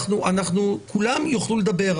כולם יוכלו לדבר,